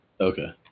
Okay